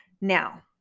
Now